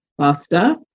faster